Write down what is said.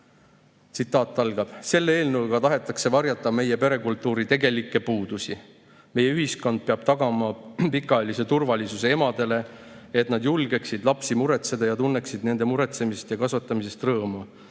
Tsitaat: "Selle eelnõuga tahetakse varjata meie perekultuuri tegelikke puudusi. Meie ühiskond peab tagama pikaajaline turvalisuse emadele, et nad julgeksid lapsi muretseda ja tunneksid nende muretsemisest ja kasvatamisest rõõmu.